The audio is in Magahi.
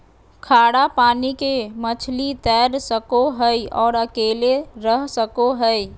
खारा पानी के मछली तैर सको हइ और अकेले रह सको हइ